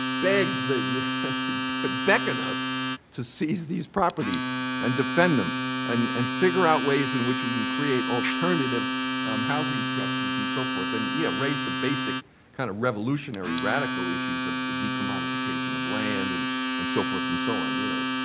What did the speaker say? beg, ah beckon us to seize these properties and defend them and and figure out ways in which you can create alternative housing structures and so forth. and yeah, raised the basic kind of revolutionary, radical issues of the decommodification of land and and so forth and so on, you know.